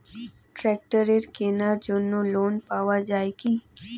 ট্রাক্টরের কেনার জন্য লোন পাওয়া যায় কি?